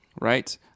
right